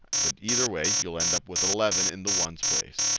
but either way, you'll end up with eleven in the ones place.